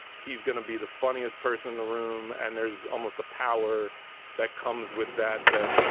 he's going to be the funniest person in the room. and there's almost a power that comes with that, that,